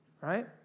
right